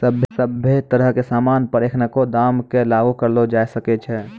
सभ्भे तरह के सामान पर एखनको दाम क लागू करलो जाय सकै छै